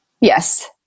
Yes